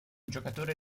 giocatore